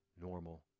normal